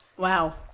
Wow